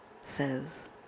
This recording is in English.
says